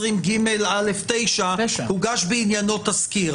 220ג(א)(9) הוגש בעניינו תסקיר,